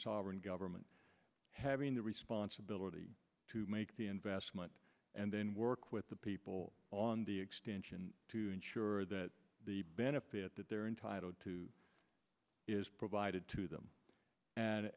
sovereign government having the responsibility to make the investment and then work with the people on the extension to ensure that the benefit that they're entitled to is provided to them and